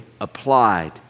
applied